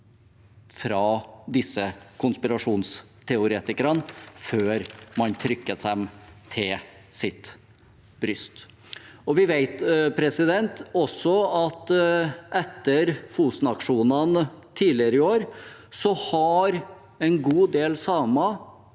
fra disse konspirasjonsteoretikerne før man trykker dem til sitt bryst. Vi vet også at etter Fosen-aksjonene tidligere i år har en god del samer